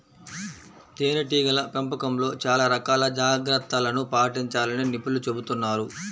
తేనెటీగల పెంపకంలో చాలా రకాల జాగ్రత్తలను పాటించాలని నిపుణులు చెబుతున్నారు